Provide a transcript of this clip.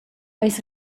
eis